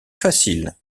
facile